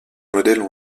modèles